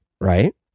right